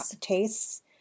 tastes